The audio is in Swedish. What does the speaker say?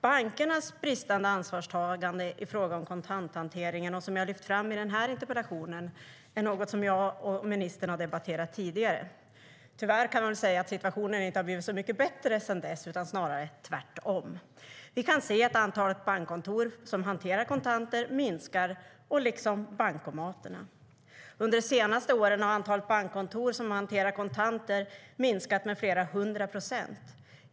Bankernas bristande ansvarstagande i fråga om kontanthanteringen, som jag har lyft fram i interpellationen, är något jag och ministern har debatterat tidigare. Tyvärr kan man väl säga att situationen inte har blivit så mycket bättre sedan dess utan snarare tvärtom. Vi kan se att antalet bankkontor som hanterar kontanter minskar, liksom bankomaterna. Under de senaste åren har antalet bankkontor som hanterar kontanter minskat med flera hundra procent.